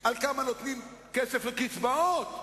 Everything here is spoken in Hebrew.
בשני חוקי-יסוד,